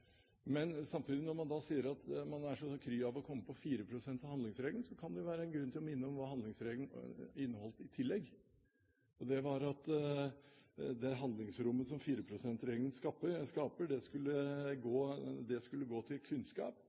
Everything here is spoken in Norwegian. Men samtidig – når man sier at man er så kry av å komme på 4 pst.-regelen – kan det være grunn til å minne om hva handlingsregelen inneholdt i tillegg, og det var at det handlingsrommet som 4 pst.-regelen skapte, skulle gå til kunnskap,